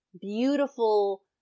beautiful